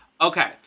Okay